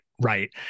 right